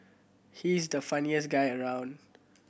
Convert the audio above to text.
he's the funniest guy around